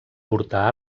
portar